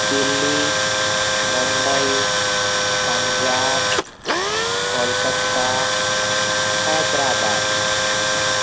Delhi Mumbai Punjab Kolkata Hyderabad